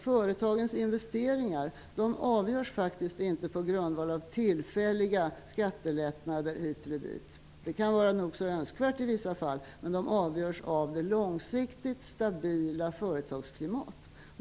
Företagens investeringar avgörs faktiskt inte på grundval av tillfälliga skattelättnader hit eller dit. Det kan vara nog så önskvärt i vissa fall, men företagens investeringar avgörs av ett långsiktigt stabilt företagsklimat.